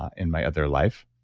in my other life